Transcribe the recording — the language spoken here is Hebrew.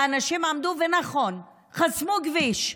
והאנשים עמדו, ונכון, חסמו כביש.